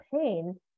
pain